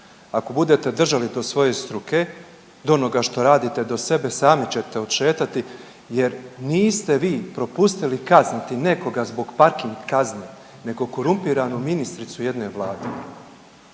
ako budete držali do svoje struke, do onoga što radite do sebe same ćete odšetati jer niste vi propustili kazniti nekoga zbog parking kazni nego korumpiranu ministricu u jednoj vladi.